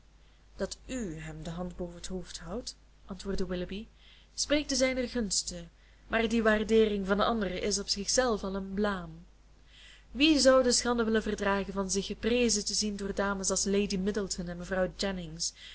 dat u hem de hand boven t hoofd houdt antwoordde willoughby spreekt te zijnen gunste maar die waardeering van de anderen is op zichzelf al een blaam wie zou de schande willen verdragen van zich geprezen te zien door dames als lady middleton en mevrouw